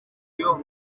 iyo